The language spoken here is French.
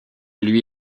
lui